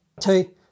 two